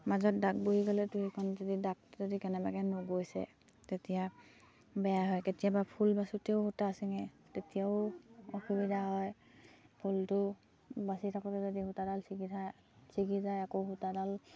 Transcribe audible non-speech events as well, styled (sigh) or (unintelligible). মাজত দাগ বহি গ'লে (unintelligible) খন যদি দাগটো যদি কেনেবাকে নগৈছে তেতিয়া বেয়া হয় কেতিয়াবা ফুল বাচোঁতেও সূতা চিঙে তেতিয়াও অসুবিধা হয় ফুলটো বাচি থাকোঁতে যদি সূতাডাল ছিগি থাকে ছিগি যায় আকৌ সূতাডাল